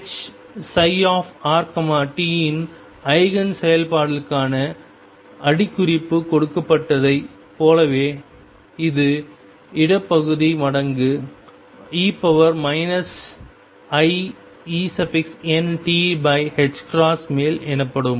Hψrt இன் ஐகேன் செயல்பாடுகளுக்கான அடிக்குறிப்பு கொடுக்கப்பட்டதைப் போலவே இது இடப் பகுதி மடங்கு e iEntமேல் எனப்படும்